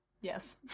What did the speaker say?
Yes